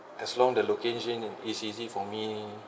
as long the location is easy for me